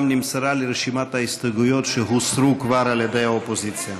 גם נמסרה לי רשימת ההסתייגויות שכבר הוסרו על ידי האופוזיציה.